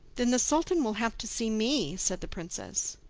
then the sultan will have to see me, said the princess.